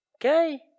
Okay